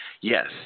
Yes